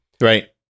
Right